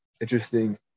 interesting